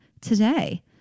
today